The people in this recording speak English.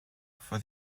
for